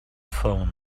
phone